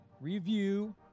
review